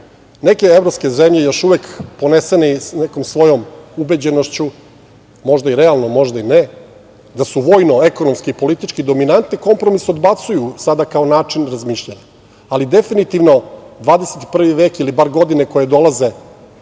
Neke evropske zemlje, još uvek ponesene nekom svojom ubeđenošću, možda realno, možda i ne, da su vojno, ekonomski i politički dominantne kompromis odbacuju sada kao način razmišljanja. Ali, definitivno, 21. vek ili bar godine koje dolaze